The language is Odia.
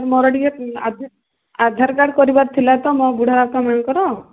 ମୋର ଟିକେ ଆଧାର କାର୍ଡ଼ କରିବାର ଥିଲା ତ ମୋ ବୁଢ଼ା ବାପା ମାଆଙ୍କର